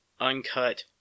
uncut